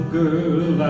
girl